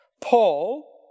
Paul